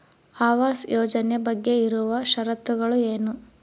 ಆವಾಸ್ ಯೋಜನೆ ಬಗ್ಗೆ ಇರುವ ಶರತ್ತುಗಳು ಏನು?